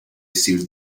sir